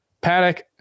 Paddock